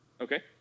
Okay